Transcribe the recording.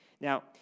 Now